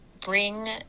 bring